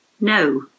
No